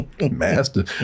Master